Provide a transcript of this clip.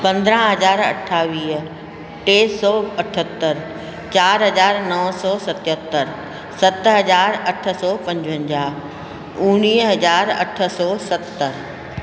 पंद्रहं हज़ार अठावीह टे सौ अठहतरि चार हज़ार नौ सौ सतहतरि सत हज़ार अठ सौ पंजिवंजाहु उणिवीह हज़ार अठ सौ सतरि